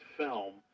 film